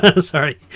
sorry